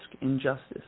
injustice